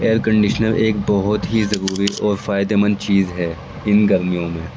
year conditioner ایک بہت ہی ضروری اور فائدے مند چیز ہے ان گرمیوں میں